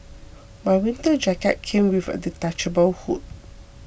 my winter jacket came with a detachable hood